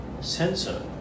sensor